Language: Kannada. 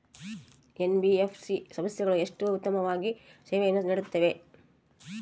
ಎನ್.ಬಿ.ಎಫ್.ಸಿ ಸಂಸ್ಥೆಗಳು ಎಷ್ಟು ಉತ್ತಮವಾಗಿ ಸೇವೆಯನ್ನು ನೇಡುತ್ತವೆ?